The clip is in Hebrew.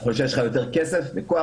ככל שיש לך יותר כסף וכוח,